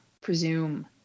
presume